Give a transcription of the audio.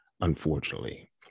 unfortunately